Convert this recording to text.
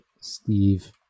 Steve